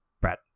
Brad